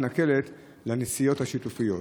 31. התנכלות משטרת ישראל לנסיעה שיתופית,